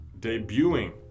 debuting